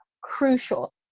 crucial